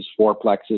fourplexes